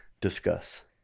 discuss